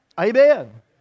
Amen